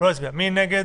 מי נמנע?